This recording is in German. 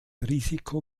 risiko